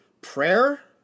Prayer